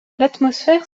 l’atmosphère